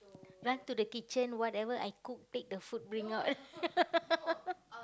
run to the kitchen whatever I cook take the food bring out